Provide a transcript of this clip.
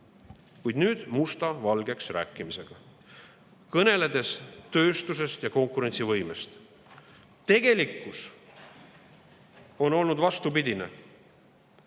kuid nüüd musta valgeks rääkimisega, kõneldes tööstusest ja konkurentsivõimest. Tegelikkus on olnud vastupidine,